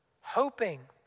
hoping